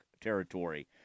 territory